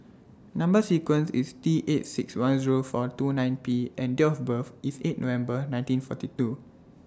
Number sequence IS T eight six one Zero four two nine P and Date of birth IS eight November nineteen forty two